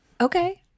Okay